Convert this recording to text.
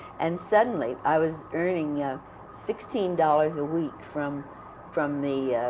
and suddenly i was earning yeah sixteen dollars a week from from the